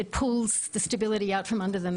היא שולפת את היציבות מתחת לרגליהם,